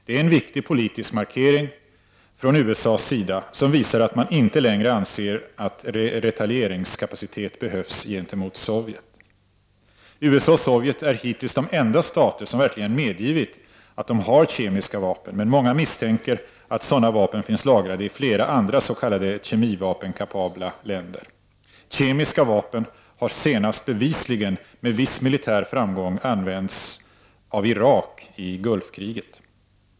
Det är en viktig politisk markering från USA:s sida, som visar att man inte längre anser att retalieringskapacitet behövs gentemot Sovjet. USA och Sovjet är hittills de enda stater som verkligen medgivit att de har kemiska vapen, men många misstänker att sådana vapen finns lagrade i flera andra s.k. kemivapenkapabla länder. Kemiska vapen har senast bevisligen med viss militär framgång använts av Irak i Gulfkriget.